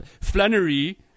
Flannery